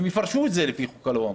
יפרשו את זה לפי חוק הלאום,